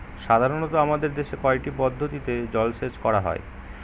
সাধারনত আমাদের দেশে কয়টি পদ্ধতিতে জলসেচ করা হয়?